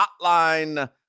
Hotline